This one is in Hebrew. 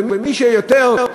ומי שיותר,